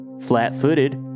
Flat-footed